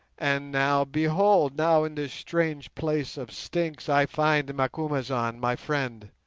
and now, behold, now in this strange place of stinks i find macumazahn, my friend.